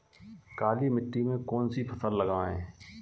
काली मिट्टी में कौन सी फसल लगाएँ?